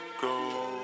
go